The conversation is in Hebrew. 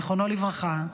זיכרונו לברכה,